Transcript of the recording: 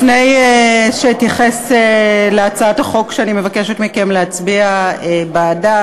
לפני שאתייחס להצעת החוק שאני מבקשת מכם להצביע בעדה,